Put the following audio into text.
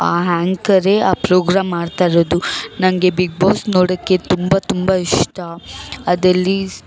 ಆ ಹ್ಯಾಂಕರೇ ಆ ಪ್ರೋಗ್ರಾಮ್ ಮಾಡ್ತಾ ಇರೋದು ನನಗೆ ಬಿಗ್ ಬಾಸ್ ನೋಡಕ್ಕೆ ತುಂಬ ತುಂಬ ಇಷ್ಟ ಅದಲ್ಲಿ